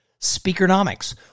Speakernomics